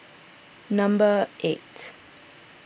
number eight